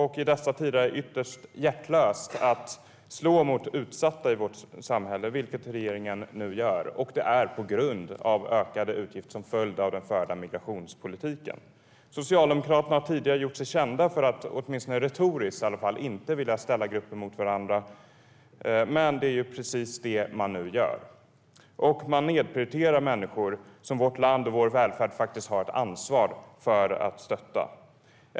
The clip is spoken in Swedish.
I dessa tider är det ytterst hjärtlöst att slå mot utsatta i vårt samhälle, vilket regeringen nu gör på grund av ökade utgifter till följd av den förda migrationspolitiken. Socialdemokraterna har tidigare gjort sig kända, åtminstone retoriskt, för att inte vilja ställa grupper mot varandra. Men det är precis det som man nu gör. Man nedprioriterar människor som vårt land och vår välfärd faktiskt har ett ansvar för att stötta.